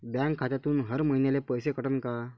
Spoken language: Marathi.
बँक खात्यातून हर महिन्याले पैसे कटन का?